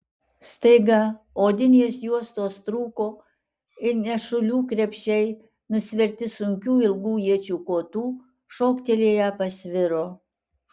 staiga odinės juostos trūko ir nešulių krepšiai nusverti sunkių ilgų iečių kotų šoktelėję pasviro